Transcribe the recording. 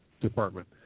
Department